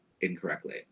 incorrectly